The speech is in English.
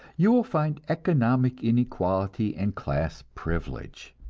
you will find economic inequality and class privilege.